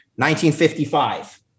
1955